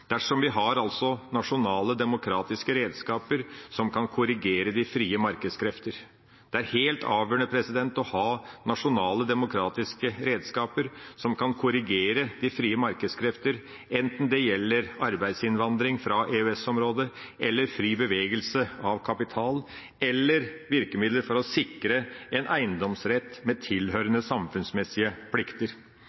dersom vi har nasjonale, demokratiske redskaper som kan korrigere de frie markedskrefter. Det er helt avgjørende å ha nasjonale, demokratiske redskaper som kan korrigere de frie markedskrefter, enten det gjelder arbeidsinnvandring fra EØS-området, fri bevegelse av kapital eller virkemidler for å sikre en eiendomsrett med tilhørende samfunnsmessige plikter.